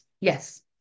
yes